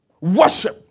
worship